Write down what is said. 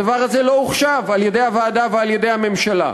הדבר הזה לא הובא בחשבון על-ידי הוועדה ועל-ידי הממשלה.